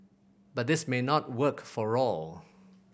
but this may not work for all